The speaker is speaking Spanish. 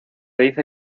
dice